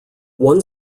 one